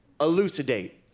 elucidate